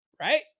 right